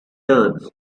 learns